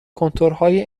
کنتورهای